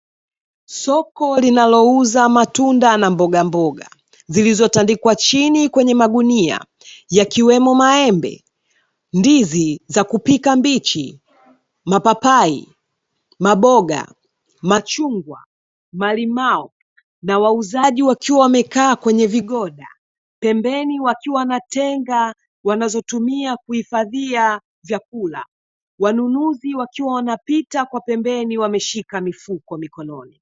Soko linalouza matunda na mbogamboga, zilizotandikwa chini kwenye magunia yakiwemo: maembe, ndizi za kupika mbichi, mapapai, maboga, machungwa, malimao na wauzaji wakiwa wamekaa kwenye vigoda, pembeni wakiwa na tenga wanazotumia kuhifadhia vyakula. Wanunuzi wakiwa wanapita kwa pembeni wakiwa wameshika mifuko mikononi.